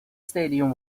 stadium